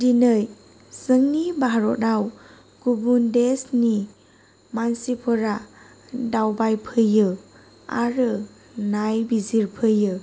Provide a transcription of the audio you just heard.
दिनै जोंनि भारतआव गुबुन देसनि मानसिफोरा दावबायफैयो आरो नायबिजिरफैयो